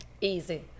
Easy